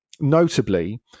Notably